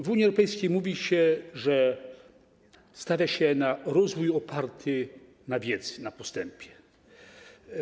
W Unii Europejskiej mówi się, że stawia się na rozwój oparty na wiedzy, na postępie.